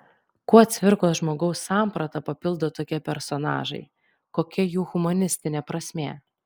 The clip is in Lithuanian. kuo cvirkos žmogaus sampratą papildo tokie personažai kokia jų humanistinė prasmė